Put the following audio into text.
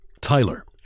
Tyler